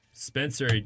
Spencer